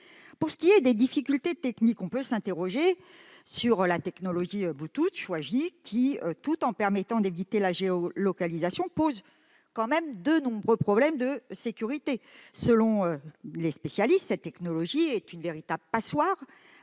Pour ce qui est des difficultés techniques, on peut s'interroger sur la technologie Bluetooth choisie, qui, bien qu'elle permette d'éviter la géolocalisation, pose tout de même de nombreux problèmes de sécurité. Selon les spécialistes, cette technologie est une véritable passoire,